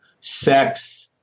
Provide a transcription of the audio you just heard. sex